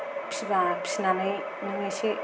फिसिबा फिसिनानै नों इसे